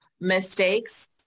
Mistakes